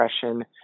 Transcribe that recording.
depression